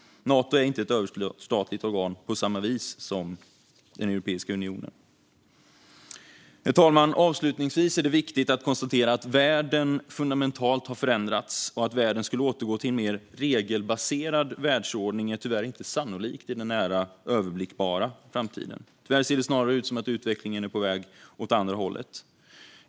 Nato är inte ett överstatligt organ på samma vis som Europeiska unionen. Herr talman! Avslutningsvis är det viktigt att konstatera att världen fundamentalt har förändrats. Att den skulle återgå till en mer regelbaserad världsordning är tyvärr inte sannolikt under den nära, överblickbara framtiden. Tyvärr ser det snarare ut som att utvecklingen är på väg åt andra hållet.